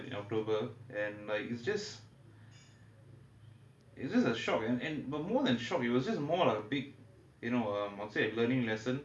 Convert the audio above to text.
o